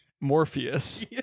morpheus